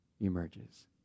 emerges